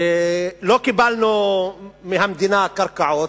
לא קיבלנו מהמדינה קרקעות.